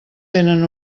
tenen